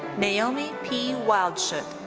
naomi p. wildschut.